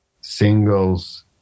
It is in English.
singles